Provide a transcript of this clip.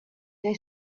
they